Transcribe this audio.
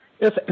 Yes